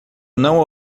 não